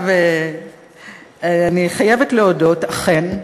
אני חייבת להודות, אכן,